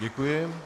Děkuji.